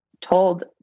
told